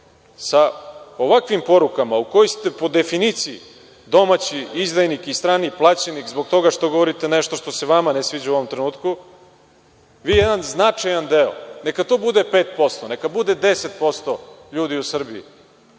ovakvim porukama u kojoj ste po definiciji domaći izdajnik i strani plaćenik, zbog toga što govorite nešto što se vama ne sviđa u ovom trenutku, vi jedan značajan deo, neka to bude 5%, neka bude 10% ljudi u Srbiji,